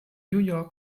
york